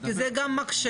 כי זה גם מחשב,